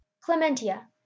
clementia